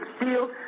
steal